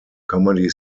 comedy